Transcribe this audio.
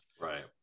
Right